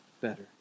better